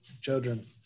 children